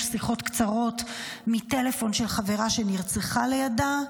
שיחות קצרות מטלפון של חברה שנרצחה לידה.